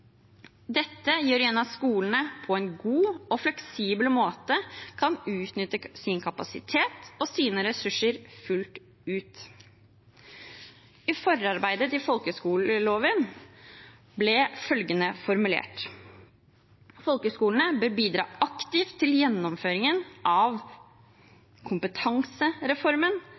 Dette gjør igjen at skolene på en god og fleksibel måte kan utnytte sin kapasitet og sine ressurser fullt ut. I forarbeidet til folkehøgskoleloven ble følgende formulert: «Folkehøgskolene bør bidra aktivt til gjennomføringen av Kompetansereformen